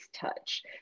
touch